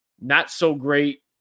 not-so-great